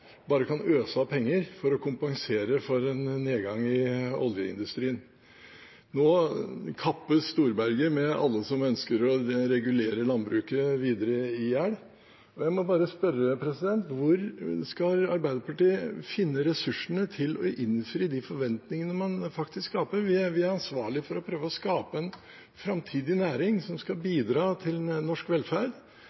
bare kan øse av penger for å kompensere for en nedgang i oljeindustrien. Nå kappes Storberget med alle som ønsker å regulere landbruket videre i hjel. Jeg må bare spørre: Hvor skal Arbeiderpartiet finne ressursene til å innfri de forventningene man faktisk skaper? Vi er ansvarlige for å prøve å skape en framtidig næring som skal